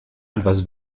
etwas